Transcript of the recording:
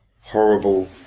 horrible